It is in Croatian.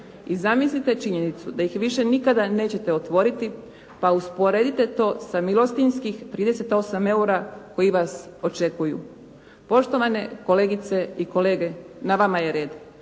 i zamislite činjenicu da ih više nikada nećete otvoriti pa usporedite to sa milostinjskih 38 EUR-a koji vas očekuju. Poštovane kolegice i kolege na vama je red.